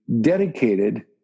dedicated